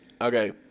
Okay